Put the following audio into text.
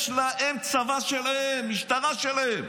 יש להם צבא שלהם, משטרה שלהם.